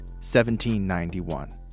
1791